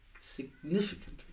significantly